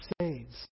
saves